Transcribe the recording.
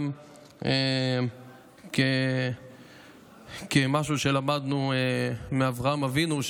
וגם כמשהו שלמדנו מאברהם אבינו: